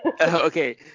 Okay